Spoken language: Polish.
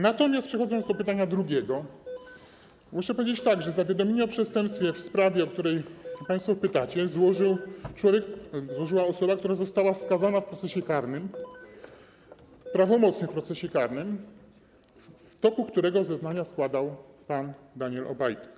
Natomiast przechodząc do pytania drugiego, muszę powiedzieć, że zawiadomienie o przestępstwie w sprawie, o którą państwo pytacie, złożył człowiek, złożyła osoba, która została skazana w procesie karnym - prawomocnie w procesie karnym - w toku którego zeznania składał pan Daniel Obajtek.